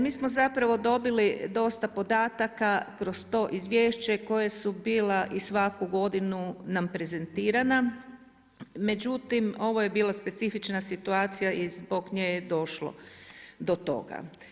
Mi smo zapravo dobili dosta podataka kroz to izvješće koje su bila i svaku godinu nam prezentirana, međutim ovo je bil specifična situacija i zbog nje je došlo do toga.